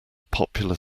popular